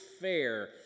fair